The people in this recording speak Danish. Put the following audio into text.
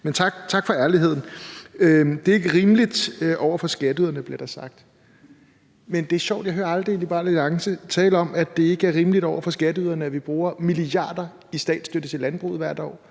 Men tak for ærligheden. Det er ikke rimeligt over for skatteyderne, bliver der sagt, men det er sjovt, for jeg hører aldrig Liberal Alliance tale om, at det ikke er rimeligt over for skatteyderne, at vi bruger milliarder i statsstøtte til landbruget hvert år.